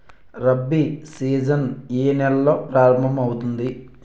Rabi season ఏ నెలలో ప్రారంభమౌతుంది?